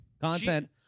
Content